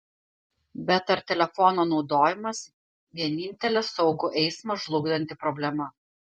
bet ar telefono naudojimas vienintelė saugų eismą žlugdanti problema